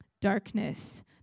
darkness